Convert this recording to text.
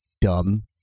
dumb